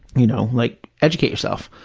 you know, like educate yourself.